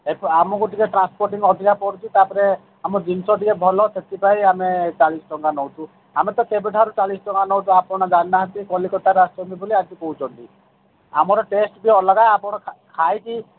ଦେଖ ଆମକୁ ଟିକେ ଟ୍ରାନ୍ସପୋର୍ଟିଂ ଅଧିକା ପଡ଼ୁଛି ତାପରେ ଆମ ଜିନିଷ ଟିକେ ଭଲ ସେଥିପାଇଁ ଆମେ ଚାଳିଶ ଟଙ୍କା ନେଉଛୁ ଆମେ ତ କେବେଠାରୁ ଚାଳିଶ ଟଙ୍କା ନେଉଛୁ ଆପଣ ଜାଣିନାହାଁନ୍ତି କଲିକତାରୁ ଆସିଛନ୍ତି ବୋଲି ଆଜି କହୁଛନ୍ତି ଆମର ଟେଷ୍ଟ୍ ବି ଅଲଗା ଆପଣ ଖାଇକି